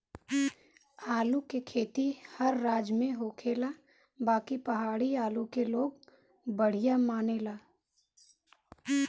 आलू के खेती हर राज में होखेला बाकि पहाड़ी आलू के लोग बढ़िया मानेला